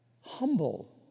humble